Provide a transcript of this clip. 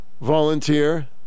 Volunteer